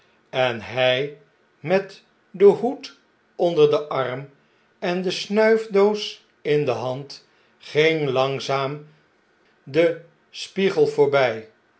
en hg met den hoed onder den arm en de snuifdoos in de hand ging langzaam'den spiegel voorbjj